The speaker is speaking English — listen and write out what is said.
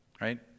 Right